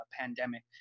pandemic